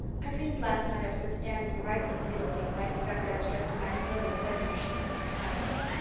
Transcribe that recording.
i dreamed last night i was at the dance and right in the middle of things i discovered i was dressed in my kimono and bedroom shoes, sighed rilla.